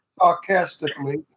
sarcastically